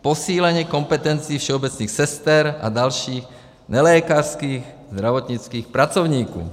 Posílení kompetencí všeobecných sester a dalších nelékařských zdravotnických pracovníků.